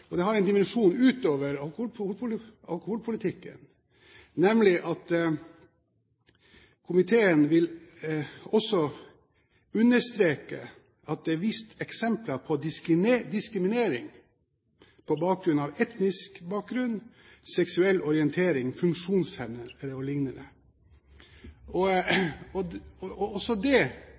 noe som har en dimensjon utover alkoholpolitikken, nemlig det at komiteen også understreker at det kan vises til eksempler på diskriminering på bakgrunn av etnisk bakgrunn, seksuell orientering, funksjonsevne og lignende. Også det